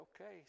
okay